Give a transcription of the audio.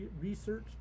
research